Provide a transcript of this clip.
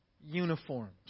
uniforms